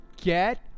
Get